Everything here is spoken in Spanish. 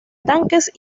tanques